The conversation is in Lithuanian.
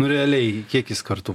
nu realiai kiek jis kartu